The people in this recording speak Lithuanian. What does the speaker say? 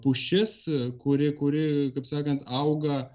pušis kuri kuri kaip sakant auga